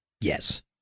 Yes